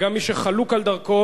וגם מי שחלוק על דרכו,